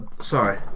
Sorry